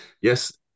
yes